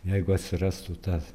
jeigu atsirastų tas